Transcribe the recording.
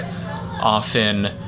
often